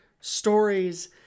stories